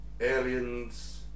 aliens